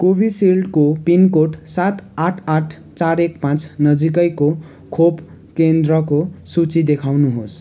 कोभिसिल्डको पिनकोड सात आठ आठ चार एक पाँच नजिकैको खोप केन्द्रको सूची देखाउनुहोस्